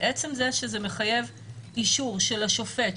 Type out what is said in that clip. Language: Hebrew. עצם זה שזה מחייב אישור של השופט,